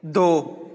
ਦੋ